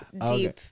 deep